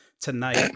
tonight